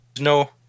no